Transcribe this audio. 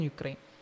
Ukraine